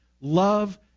love